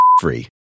free